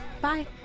Bye